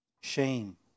Shame